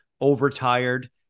overtired